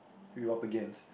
we were up against